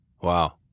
Wow